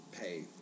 pay